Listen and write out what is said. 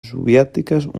soviètiques